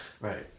Right